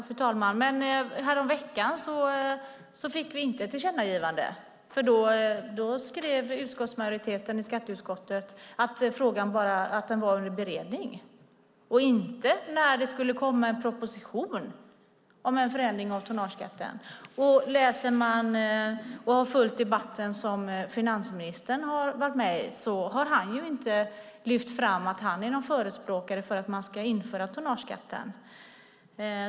Fru talman! Men häromveckan fick vi inte ett tillkännagivande, för då skrev utskottsmajoriteten i skatteutskottet att frågan var under beredning och inget om när det skulle komma en proposition om en förändring av tonnageskatten. Och i debatten som finansministern har deltagit i har han inte lyft fram att han är någon förespråkare för att införa tonnageskatten.